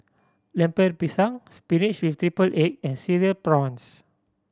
Lemper Pisang spinach with triple egg and Cereal Prawns